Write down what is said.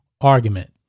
argument